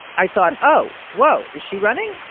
i thought oh, whoa is she running?